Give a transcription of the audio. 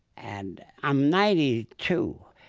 and i'm ninety two.